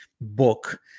book